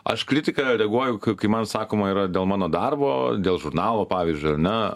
aš kritiką reaguoju kai man sakoma yra dėl mano darbo dėl žurnalo pavyzdžiui ar ne